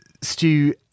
Stu